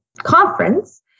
conference